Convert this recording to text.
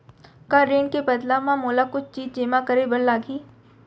का ऋण के बदला म मोला कुछ चीज जेमा करे बर लागही?